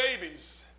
babies